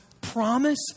promise